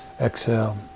exhale